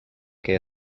que